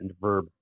verb